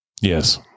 Yes